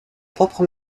propre